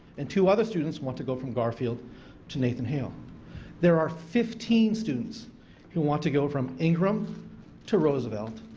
and two other students want to go from garfield to nathan hale there are fifteen students who want to go from ingram to roosevelt,